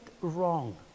wrong